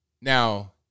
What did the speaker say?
Now